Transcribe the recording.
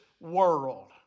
world